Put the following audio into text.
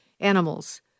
animals